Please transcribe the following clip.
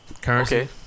Currency